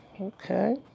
Okay